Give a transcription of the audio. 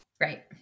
Right